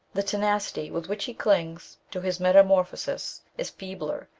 the tenacity with which he clings to his metamorphosis is feebler,